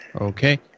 Okay